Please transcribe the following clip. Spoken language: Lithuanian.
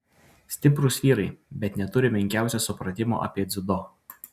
stiprūs vyrai bet neturi menkiausio supratimo apie dziudo